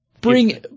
bring